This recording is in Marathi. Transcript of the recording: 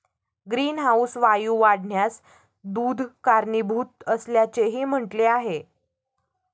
ग्रीनहाऊस वायू वाढण्यास दूध कारणीभूत असल्याचेही म्हटले आहे